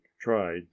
tried